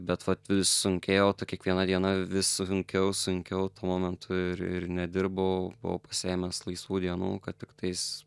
bet vat vis sunkėjau kiekviena diena vis sunkiau sunkiau tuo momentu ir ir nedirbau buvau pasiėmęs laisvų dienų kad tiktais